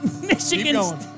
Michigan